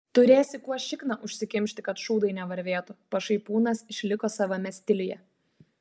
turėsi kuo šikną užsikimšti kad šūdai nevarvėtų pašaipūnas išliko savame stiliuje